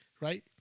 right